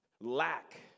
lack